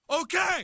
Okay